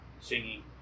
singing